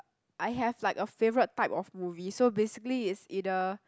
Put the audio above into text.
I have like a favourite type of movie so basically it's either